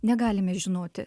negalime žinoti